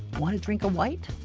want to drink a white?